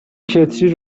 کتری